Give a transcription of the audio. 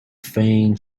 faint